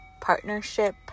partnership